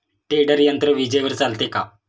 Tedder यंत्र विजेवर चालते का?